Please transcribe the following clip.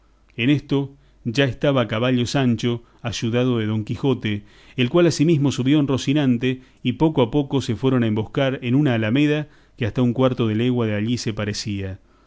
en esto ya estaba a caballo sancho ayudado de don quijote el cual asimismo subió en rocinante y poco a poco se fueron a emboscar en una alameda que hasta un cuarto de legua de allí se parecía